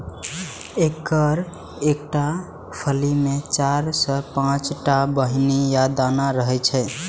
एकर एकटा फली मे चारि सं पांच टा बीहनि या दाना रहै छै